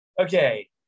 Okay